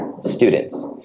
students